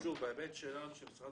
שוב, בהיבט שלנו של משרד